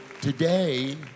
today